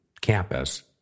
campus